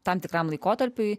tam tikram laikotarpiui